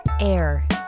Air